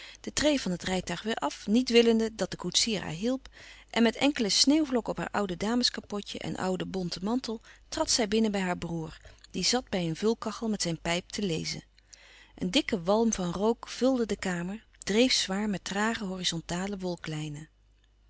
de treê van het rijtuig weêr af niet willende dat de koetsier haar hielp en met enkele sneeuwvlokken op haar oude dames kapotje en ouden bonten mantel trad zij binnen bij haar broêr die zat bij een vulkachel met zijn pijp te lezen een dikke walm van rook vulde de kamer dreef zwaar met trage horizontale